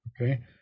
Okay